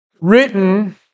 written